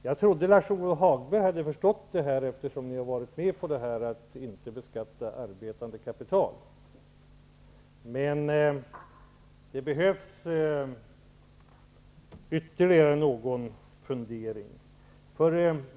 Jag trodde att Lars-Ove Hagberg hade förstått detta eftersom ni har varit med på att inte beskatta arbetande kapital. Men det behövs ytterligare någon fundering.